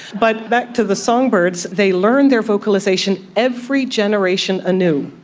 but back to the songbirds. they learn their vocalisation every generation anew.